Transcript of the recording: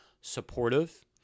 supportive